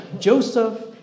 Joseph